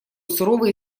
суровый